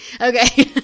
okay